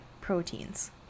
proteins